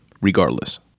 Regardless